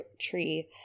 tree